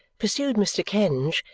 pursued mr. kenge,